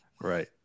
Right